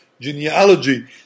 genealogy